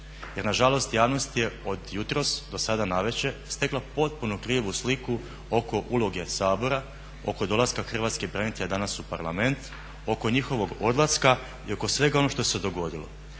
jer nažalost javnost je od jutros do sada navečer stekla potpuno krivu sliku oko uloge Sabora, oko dolaska hrvatskih branitelja danas u Parlament oko njihovog odlaska i oko svega onoga što se dogodilo.